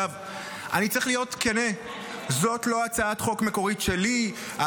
אני צריך להיות כן: זאת לא הצעת חוק מקורית שלי,